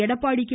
Edappadi K